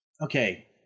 Okay